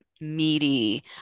meaty